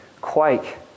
quake